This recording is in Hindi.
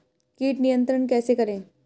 कीट नियंत्रण कैसे करें?